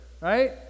right